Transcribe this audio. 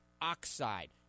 oxide